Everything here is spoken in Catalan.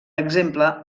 exemple